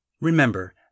Remember